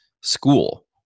school